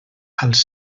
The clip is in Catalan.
als